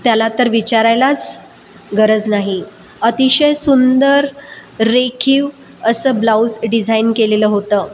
त्याला तर विचारायलाच गरज नाही अतिशय सुंदर रेखीव असं ब्लाउज डिझाईन केलेलं होतं